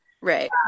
right